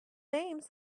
names